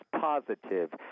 positive